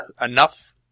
enough